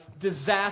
disaster